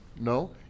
No